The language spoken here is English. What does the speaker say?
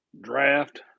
draft